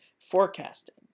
forecasting